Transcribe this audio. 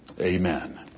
Amen